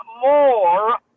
more